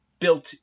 built